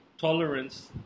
tolerance